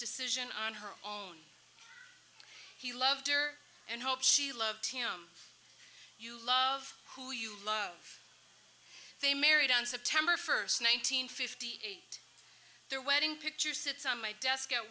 decision on her own he loved her and hope she loved him you love who you love they married on september first one nine hundred fifty eight their wedding picture sits on my desk at